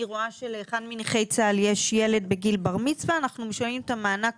רואה שלאחד מנכי צה"ל יש ילד בגיל בר מצווה אנחנו משלמים את המענק